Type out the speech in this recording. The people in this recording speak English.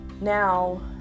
now